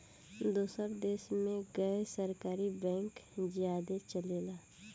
दोसर देश मे गैर सरकारी बैंक ज्यादे चलेला